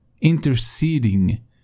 interceding